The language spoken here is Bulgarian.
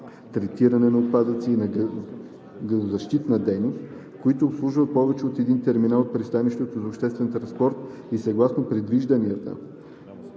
третирането на отпадъците и на геозащитната дейност, които обслужват повече от един терминал от пристанище за обществен транспорт и съгласно предвижданията